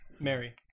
Mary